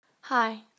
Hi